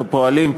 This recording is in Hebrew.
אנחנו פועלים,